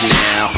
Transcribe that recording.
now